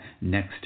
next